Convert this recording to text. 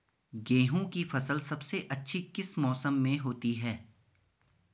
गेहूँ की फसल सबसे अच्छी किस मौसम में होती है